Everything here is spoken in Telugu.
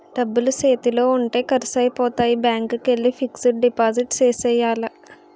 డబ్బులు సేతిలో ఉంటే ఖర్సైపోతాయి బ్యాంకికెల్లి ఫిక్సడు డిపాజిట్ సేసియ్యాల